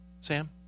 Sam